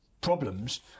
problems